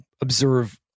observe